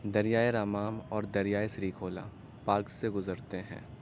دریائے رمام اور دریائے سریکھولا پارک سے گزرتے ہیں